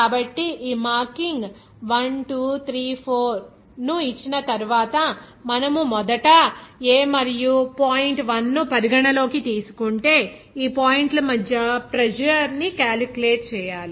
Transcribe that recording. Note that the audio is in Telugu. కాబట్టి ఈ మార్కింగ్ 1 2 3 4 ను ఇచ్చిన తరువాత మనం మొదట A మరియు పాయింట్ 1 ను పరిగణనలోకి తీసుకుంటే ఈ పాయింట్ల మధ్య ప్రెజర్ ని క్యాలిక్యులేట్ చేయాలి